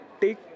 take